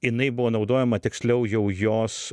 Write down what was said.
jinai buvo naudojama tiksliau jau jos